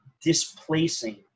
displacing